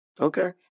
Okay